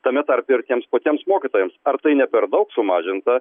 tame tarpe ir tiems patiems mokytojams ar tai ne per daug sumažinta